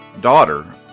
daughter